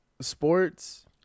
sports